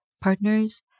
partners